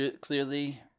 Clearly